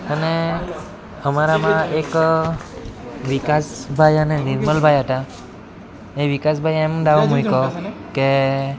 અને અમારામાં એક વિકાસભાઈ અને નિર્મલભાઈ હતા એ વિકાસભાઈએ એમ દાવ મૂક્યો કે